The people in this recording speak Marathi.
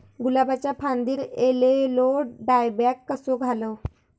गुलाबाच्या फांदिर एलेलो डायबॅक कसो घालवं?